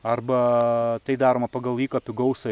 arba tai daroma pagal įkapių gausą